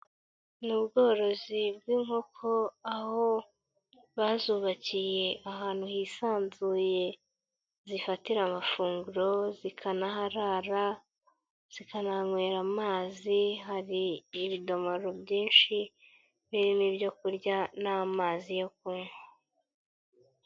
Niubworozi bw'inkoko, aho bazubakiye ahantu hisanzuye, zifatira amafunguro, zikanaharara, zikananywera amazi, hari ibidomaro byinshi, birimo ibyo kurya n'amazi yo kunywa.